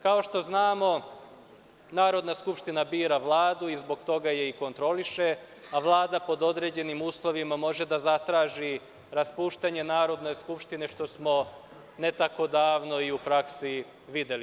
Kao što znamo Narodna skupština bira Vladu i zbog toga je i kontroliše, a Vlada pod određenim uslovima može da zatraži raspuštanje Narodne skupštine, što smo ne tako davno i u praksi videli.